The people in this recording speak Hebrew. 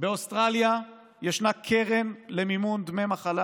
באוסטרליה ישנה קרן למימון דמי מחלה